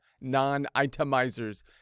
non-itemizers